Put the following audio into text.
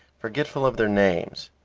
forgetful of their names.